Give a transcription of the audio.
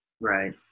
Right